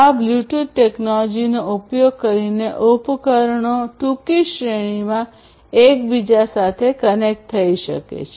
આ બ્લૂટૂથ ટેકનોલોજીનો ઉપયોગ કરીને ઉપકરણો ટૂંકી શ્રેણીમાં એકબીજા સાથે કનેક્ટ થઈ શકે છે